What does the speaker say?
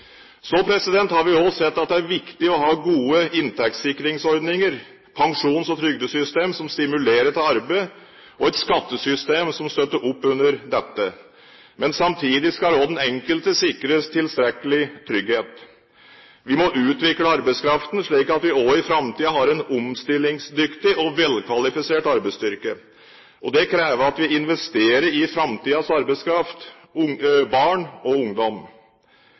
Så har vi også sett at det er viktig å ha gode inntektssikringsordninger, pensjons- og trygdesystem som stimulerer til arbeid, og et skattesystem som støtter opp under dette. Men samtidig skal også den enkelte sikres tilstrekkelig trygghet. Vi må utvikle arbeidskraften slik at vi også i framtiden har en omstillingsdyktig og velkvalifisert arbeidsstyrke. Det krever at vi investerer i framtidens arbeidskraft: barn og ungdom.